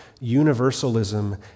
Universalism